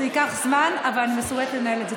זה ייקח זמן אבל אני מסוגלת לנהל את זה.